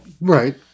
right